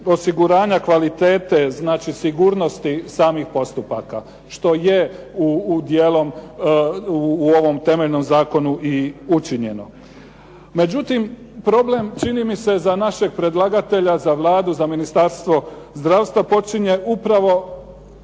osiguranja kvalitete, znači sigurnosti samih postupaka što je dijelom u ovom temeljnom zakonu i učinjeno. Međutim, problem čini mi se za našeg predlagatelja, za Vladu, za Ministarstvo zdravstva, počinje upravo